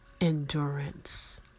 endurance